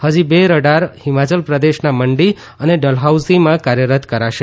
હજી બે રડાર હિમાચલ પ્રદેશના મંડી અને ડલહૌસીમાં કાર્યરત કરાશે